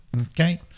okay